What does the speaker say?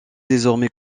désormais